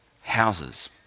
houses